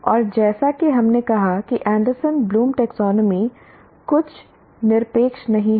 और जैसा कि हमने कहा कि एंडरसन ब्लूम टैक्सोनॉमी कुछ निरपेक्ष नहीं है